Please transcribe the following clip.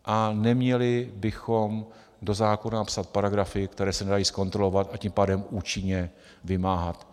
A neměli bychom do zákona napsat paragrafy, které se nedají zkontrolovat, a tím pádem účinně vymáhat.